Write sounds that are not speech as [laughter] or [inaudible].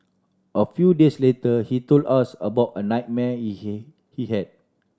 a few days later he told us about a nightmare [unintelligible] he had